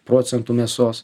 procentų mėsos